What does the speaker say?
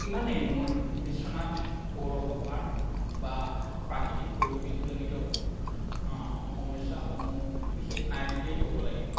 ইমানেই মোৰ বিশ্বনাথ পৌৰসভাৰ বা প্ৰাকৃতিক পৰিৱেশজনিত সমস্যাসমূহ বিশেষ নাই বুলিয়েই ক'ব লাগিব